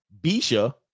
bisha